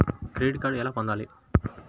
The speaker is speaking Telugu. క్రెడిట్ కార్డు ఎలా పొందాలి?